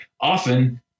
Often